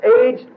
age